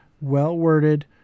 well-worded